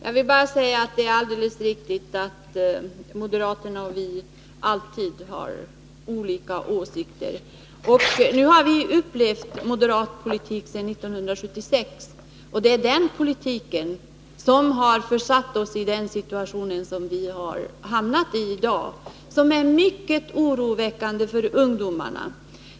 Herr talman! Det är alldeles riktigt att moderaterna och vi alltid har olika åsikter. Nu har vi upplevt moderaternas politik sedan 1976, och det är den politiken som har försatt oss i den situation vi har hamnat i i dag och som är mycket oroväckande för ungdomarna.